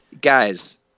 guys